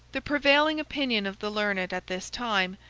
the prevailing opinion of the learned, at this time,